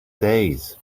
days